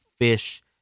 fish